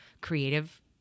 creative